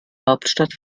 hauptstadt